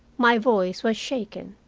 my voice was shaken.